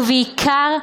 ובעיקר,